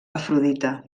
afrodita